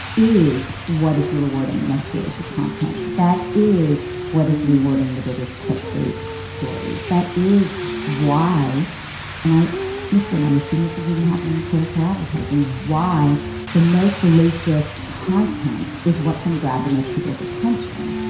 is what is rewarding the most salacious content that is what is rewarding the biggest click bait stories that is why and i listen i assume this is even happening political advertising. why the most salacious content is what's going to grab the most people's attention